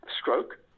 stroke